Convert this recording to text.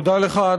תודה לך,